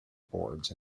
boards